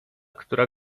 która